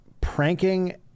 pranking